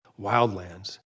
wildlands